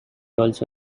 also